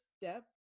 step